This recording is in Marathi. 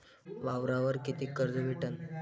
वावरावर कितीक कर्ज भेटन?